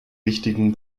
wichtigen